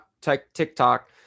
TikTok